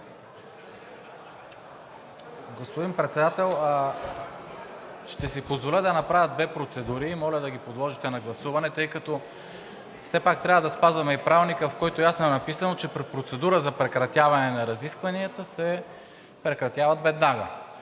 Господин Председател, ще си позволя да направя две процедури и моля да ги подложите на гласуване. Тъй като все пак трябва да спазваме и Правилника, в който ясно е написано, че при процедура за прекратяване на разискванията се прекратяват веднага.